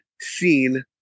seen